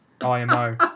IMO